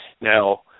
Now